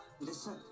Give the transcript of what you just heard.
Listen